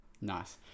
Nice